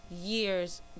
years